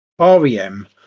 REM